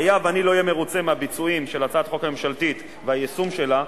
היה ואני לא אהיה מרוצה מהביצועים של הצעת החוק הממשלתית והיישום שלה,